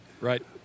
Right